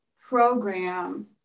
program